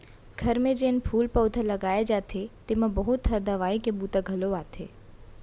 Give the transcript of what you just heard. घर म जेन फूल पउधा लगाए जाथे तेमा बहुत ह दवई के बूता घलौ आथे